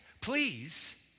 Please